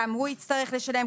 גם הוא יצטרך לשלם,